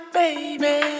baby